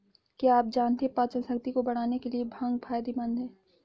क्या आप जानते है पाचनशक्ति को बढ़ाने के लिए भांग फायदेमंद है?